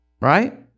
Right